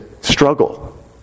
struggle